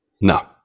No